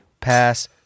pass